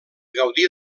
gaudí